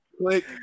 click